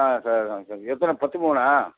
ஆ சரி சார் எத்தனை பத்து பவுனா